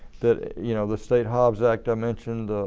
the you know the state hobbs act i mentioned,